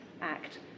Act